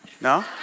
No